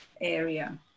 area